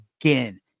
again